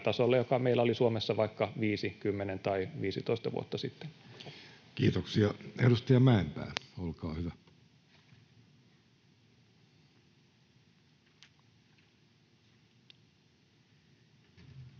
joka meillä oli Suomessa vaikka viisi, kymmenen tai viisitoista vuotta sitten. Kiitoksia. — Edustaja Mäenpää, olkaa hyvä. Arvoisa